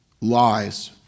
lies